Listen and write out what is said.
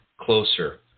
closer